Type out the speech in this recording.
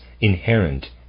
inherent